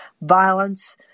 violence